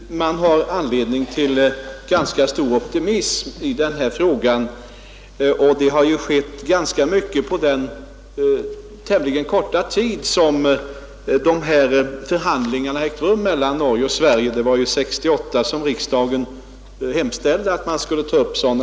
Herr talman! Jag tycker att man har anledning till ganska stor optimism i denna fråga. Det har skett rätt mycket på den tämligen korta tid som förhandlingarna ägt rum mellan Norge och Sverige. Riksdagen hemställde 1968 om att man skulle ta upp förhandlingar.